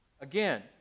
Again